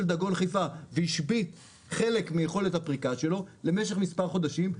דגון חיפה והשבית חלק מיכולת הפריקה שלו למשך מספר חודשים,